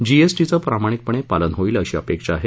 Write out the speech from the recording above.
जीएसटीचं प्रामाणिकपणे पालन होईल अशी अपेक्षा आहे